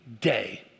day